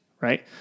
right